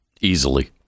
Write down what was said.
easily